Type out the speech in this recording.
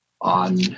on